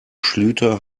schlüter